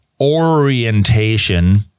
orientation